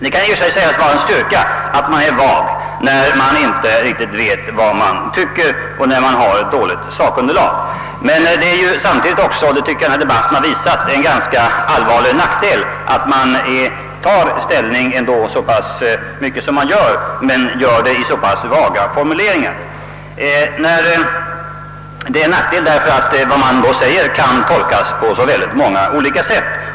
Det kan i och för sig sägas vara en styrka att vara vag när man inte riktigt vet vad man skall tycka. Men det är samtidigt — och det anser jag att denna debatt visat — en ganska allvarlig nackdel att utskottet tagit ställning så pass mycket som man gjort. De vaga formuleringarna och ställningstagandena kan nämligen tolkas på så många olika sätt.